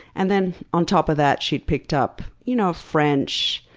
and then on top of that she'd picked up you know french,